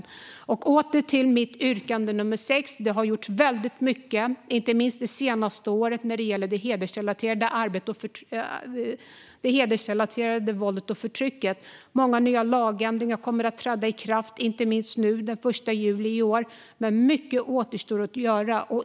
Jag vill återgå till vår reservation, nr 6. Det har gjorts väldigt mycket, inte minst det senaste året, när det gäller det hedersrelaterade våldet och förtrycket. Många nya lagändringar kommer att träda i kraft, särskilt den 1 juli i år. Men mycket återstår.